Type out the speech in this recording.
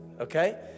okay